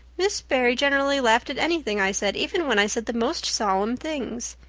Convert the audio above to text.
miss barry generally laughed at anything i said, even when i said the most solemn things.